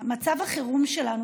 מצב החירום שלנו,